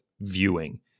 viewing